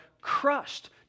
crushed